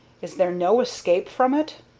is there no escape from it?